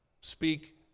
speak